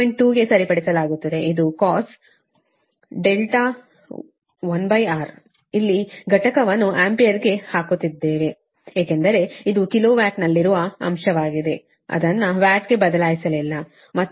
2 ಕ್ಕೆ ಸರಿಪಡಿಸಲಾಗುತ್ತದೆ ಇದು cos R1 ಇಲ್ಲಿ ಘಟಕವನ್ನು ಆಂಪಿಯರ್ಗೆ ಹಾಕುತ್ತಿದ್ದೇನೆ ಏಕೆಂದರೆ ಇದು ಕಿಲೋ ವ್ಯಾಟ್ನಲ್ಲಿರುವ ಅಂಶವಾಗಿದೆ ಅದನ್ನು ವ್ಯಾಟ್ಗೆ ಬದಲಾಯಿಸಲಿಲ್ಲ ಮತ್ತು ಡಿನೋಮಿನೇಟರ್ವು 10